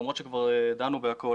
למרות שכבר דנו בכול.